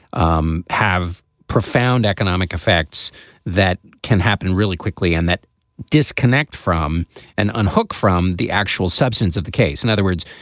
um have profound economic effects that can happen really quickly. and that disconnect from and unhook from the actual substance of the case. in other words,